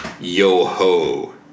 yo-ho